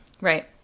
Right